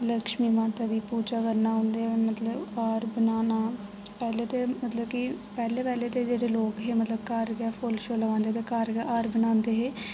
लक्ष्मी माता दी पूजा करना ओह्दे मतलब हार बनाना पैह्लें ते मतलब कि पैह्ले पैह्ले दे जेह्डे़ लोक हे मतलब घर गै फु'ल्ल छोल राहंदे हे घर गै हार बनांदे हे ते